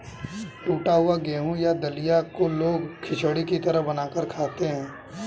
टुटा हुआ गेहूं या दलिया को लोग खिचड़ी की तरह बनाकर खाते है